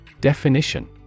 Definition